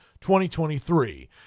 2023